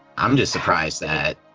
i'm just surprised that,